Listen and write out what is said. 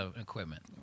equipment